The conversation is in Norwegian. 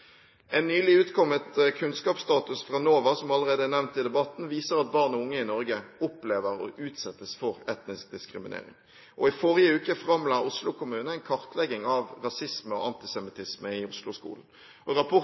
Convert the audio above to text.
En nylig utkommet kunnskapsstatus fra NOVA, som allerede er nevnt i debatten, viser at barn og unge i Norge opplever og utsettes for etnisk diskriminering, og i forrige uke framla Oslo kommune en kartlegging av rasisme og